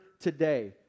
today